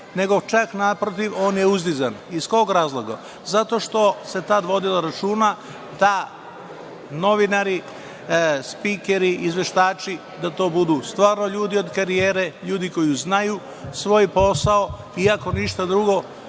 nego čak, naprotiv, on je uzdizan. Iz kog razloga? Zato što se tad vodilo računa da novinari, spikeri, izveštači da budu stvarno ljudi od karijere, ljudi koji znaju svoj posao. Iako ništa drugo,